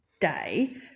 day